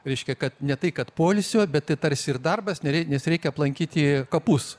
reiškia kad ne tai kad poilsio bet tai tarsi ir darbas nerei nes reikia aplankyti kapus